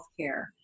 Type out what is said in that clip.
healthcare